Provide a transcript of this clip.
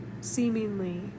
seemingly